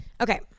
Okay